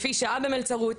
לפי שעה במלצרות,